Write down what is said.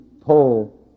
pull